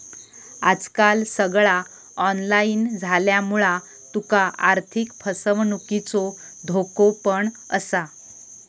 आजकाल सगळा ऑनलाईन झाल्यामुळा तुका आर्थिक फसवणुकीचो धोको पण असा